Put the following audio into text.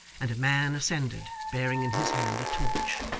and a man ascended, bearing in his hand a torch.